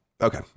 Okay